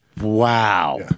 Wow